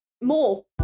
more